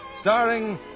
starring